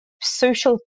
social